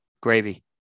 Gravy